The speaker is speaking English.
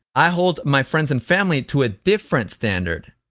i hold my friends and family to a different standard.